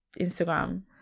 Instagram